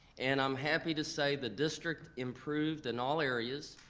and i'm happy to say the district improved in all areas,